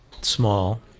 small